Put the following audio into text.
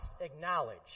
acknowledge